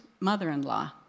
mother-in-law